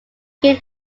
kaine